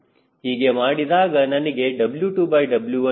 ಹೀಗೆ ಮಾಡಿದಾಗ ನನಗೆ W2W1 ಮೌಲ್ಯವು 0